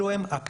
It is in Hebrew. אלו הם הפקידים,